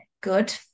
good